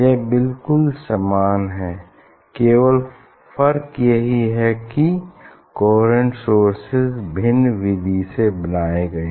यह बिलकुल समान है केवल फर्क यही है कि दो कोहेरेंट सोर्सेज भिन्न विधि से बनाये गए